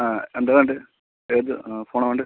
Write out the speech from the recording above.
ആ എന്താ വേണ്ടത് ഏത് ഫോണാണ് വേണ്ടത്